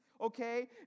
okay